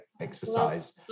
exercise